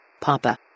Papa